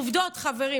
עובדות, חברים.